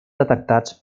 detectats